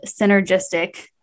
synergistic